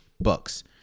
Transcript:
Bucks